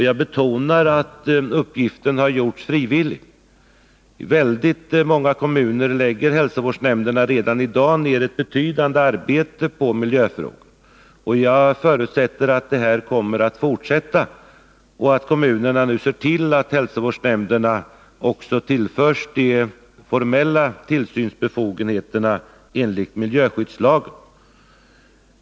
Jag betonar att uppgiften har gjorts frivilligt. Men i väldigt många kommuner lägger hälsovårdsnämnderna redan i dag ned ett betydande arbete på miljöfrågorna. Jag förutsätter att detta kommer att fortsätta och att kommunerna nu ser till att hälsovårdsnämnderna också tillförs de formella tillsynsbefogenheterna enligt miljöskyddslagen.